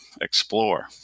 explore